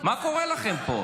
מה קורה לכם פה?